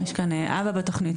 יש כאן אבא בתוכנית,